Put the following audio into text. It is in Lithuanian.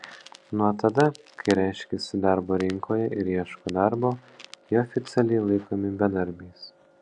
nuo tada kai reiškiasi darbo rinkoje ir ieško darbo jie oficialiai laikomi bedarbiais